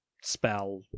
spell